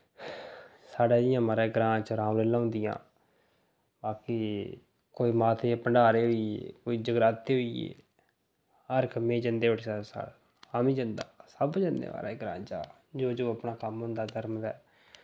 साढ़ै जि'यां महाराज ग्रांऽ च रामलीला होन्दियां बाकी कोई माते दे भंडारे होई गे कोई जगराते होई गे हर कम्मै जन्दे उठी अस आऊं बी जन्दा सब जन्दे महाराज ग्रांऽ चा जो जो अपना कम्म होंदा धर्म ते